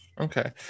Okay